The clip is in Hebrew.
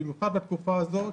במיוחד בתקופה הזאת,